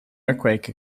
earthquake